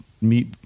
meet